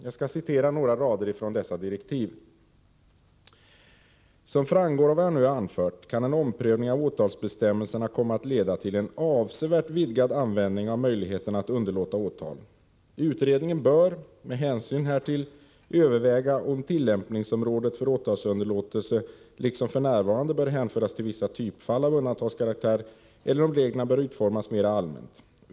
Jag skall citera några rader från dessa direktiv: ”Som framgår av vad jag nu har anfört kan en omprövning av åtalsbestämmelserna komma att leda till en avsevärt vidgad användning av möjligheten att underlåta åtal. Utredningen bör med hänsyn härtill överväga om tillämpningsområdet för åtalsunderlåtelse liksom f.n. bör hänföras till vissa typfall av undantagskaraktär eller om reglerna bör utformas mera allmänt.